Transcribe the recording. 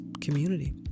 community